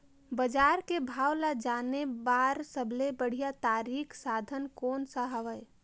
बजार के भाव ला जाने बार सबले बढ़िया तारिक साधन कोन सा हवय?